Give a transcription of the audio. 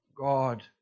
God